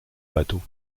bateaux